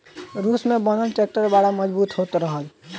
रूस में बनल ट्रैक्टर बड़ा मजबूत होत रहल